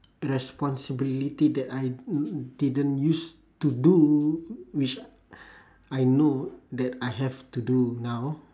responsibility that I mm didn't use to do which I know that I have to do now